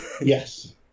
Yes